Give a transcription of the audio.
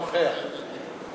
אינו נוכח, אינו נוכח.